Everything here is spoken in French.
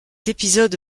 épisode